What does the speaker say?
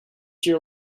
your